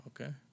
okay